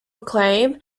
acclaim